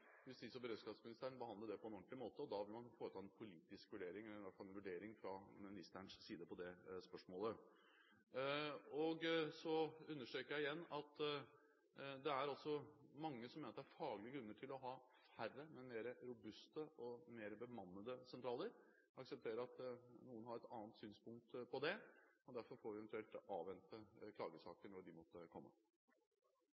justis- og beredskapsministeren behandle det på en ordentlig måte. Da vil man fra ministerens side foreta en vurdering av det spørsmålet. Så understreker jeg igjen at det er mange som mener at det er faglige grunner til å ha færre, men mer robuste og bedre bemannede sentraler. Jeg aksepterer at noen har et annet syn på det, og derfor får vi avvente klagesaker til de eventuelt